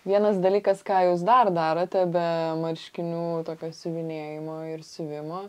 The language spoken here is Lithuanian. vienas dalykas ką jūs dar darote be marškinių tokio siuvinėjimo ir siuvimo